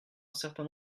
certain